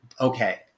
okay